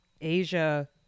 Asia